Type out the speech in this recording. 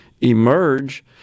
emerge